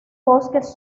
bosques